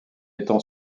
étant